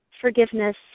forgiveness